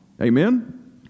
amen